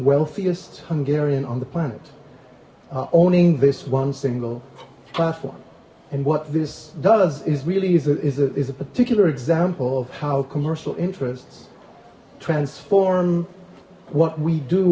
wealthiest hungarian on the planet owning this one single platform and what this does is really is it is it is a particular example of how commercial interests transform what we do